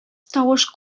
тавыш